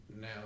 now